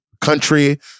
country